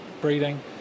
breeding